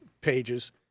pages